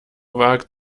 wagt